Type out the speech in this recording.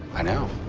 i know.